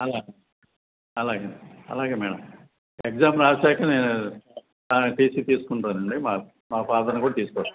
అల అలాగే అలాగే మేడం ఎగ్జామ్ రాశాకనే ఆయనకు టీ సీ తీస్కుంటాను అండి మా మా ఫాదర్ను కూడా తీసుకొస్తాను